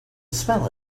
smell